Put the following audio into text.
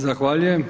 Zahvaljujem.